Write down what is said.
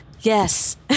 Yes